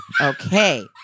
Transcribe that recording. Okay